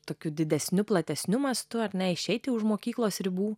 tokiu didesniu platesniu mastu ar neišeiti už mokyklos ribų